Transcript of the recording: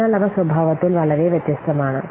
അതിനാൽ അവ സ്വഭാവത്തിൽ വളരെ വ്യത്യസ്തമാണ്